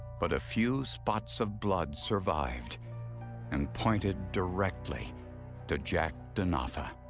but a few spots of blood survived and pointed directly to jack denofa.